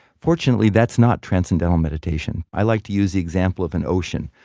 fortunately, that's not transcendental meditation. i like to use the example of an ocean.